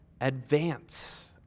advance